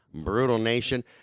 BrutalNation